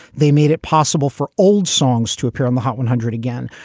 they made it possible for old songs to appear on the hot one hundred again.